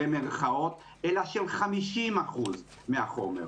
אלא של 50% מהחומר.